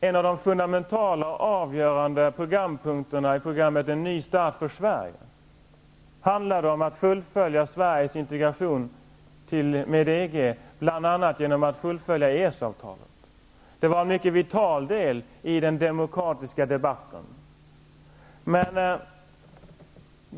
En av de grundläggande och fundamentala punkterna i programmmet ''En ny start för Sverige'' handlade om att fullfölja Sveriges integration med EG genom att bl.a. fullfölja EES-avtalet. Det var en mycket vital del i den demokratiska debatten.